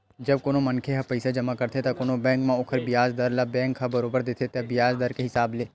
जब कोनो मनखे ह पइसा जमा करथे त कोनो बेंक म ओखर बियाज दर ल बेंक ह बरोबर देथे तय बियाज दर के हिसाब ले